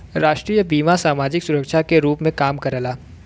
राष्ट्रीय बीमा समाजिक सुरक्षा के रूप में काम करला